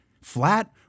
Flat